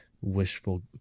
wishful